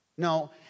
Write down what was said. No